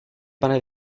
pane